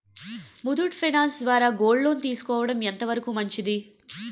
Muthoot finance ద్వారా gold loan తీసుకోవడం ఎంత వరకు మంచిది?